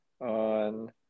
on